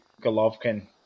Golovkin